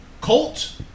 Colt